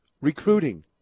Recruiting